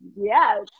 yes